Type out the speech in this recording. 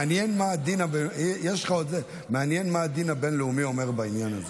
מעניין מה הדין הבין-לאומי אומר בעניין הזה.